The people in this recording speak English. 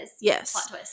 yes